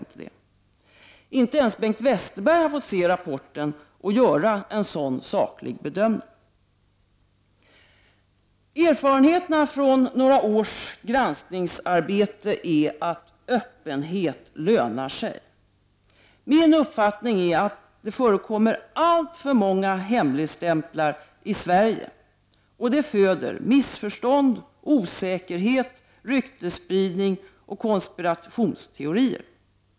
Inte ens Bengt Westerberg har fått se rapporten och göra en sådan saklig bedömning. Erfarenheterna från några års granskningsarbete är att öppenhet lönar sig. Min uppfattning är att det förekommer alltför många hemligstämplar i Sverige, vilket föder missförstånd, osäkerhet, ryktesspridning och konspirationsteorier.